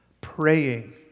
Praying